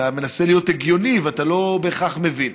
אתה מנסה להיות הגיוני ואתה לא בהכרח מבין.